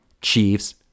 Chiefs